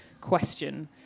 question